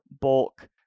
bulk